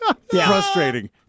frustrating